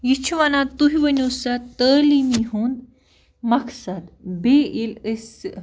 یہِ چھِ وَنان تُہۍ ؤنِو سا تعلیٖم ہُنٛد مقصد بیٚیہِ ییٚلہِ أسۍ